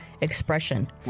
expression